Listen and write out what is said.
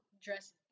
dress